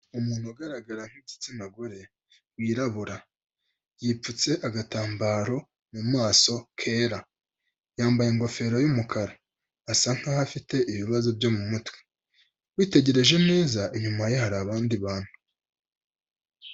Umuntu ugaragara nk'igitsina gore wirabura, yipfutse agatambaro mu maso kera, yambaye ingofero y'umukara, asa nk'aho afite ibibazo byo mu mutwe, witegereje neza inyuma ye hari abandi bantu.